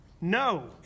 No